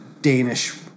Danish